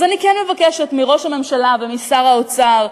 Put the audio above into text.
אז אני כן מבקשת מראש הממשלה ומשר האוצר,